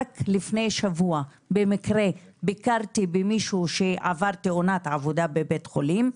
רק לפני שבוע במקרה ביקרתי מישהו שעבר תאונת עבודה בבית חולים,